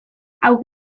hau